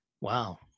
Wow